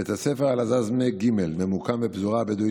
בית הספר אל-עזאזמה ג' ממוקם בפזורה הבדואית,